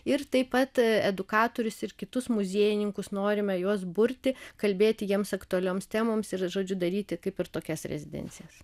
ir taip pat edukatorius ir kitus muziejininkus norime juos burti kalbėti jiems aktualioms temoms ir žodžiu daryti kaip ir tokias rezidencijas